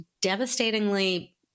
devastatingly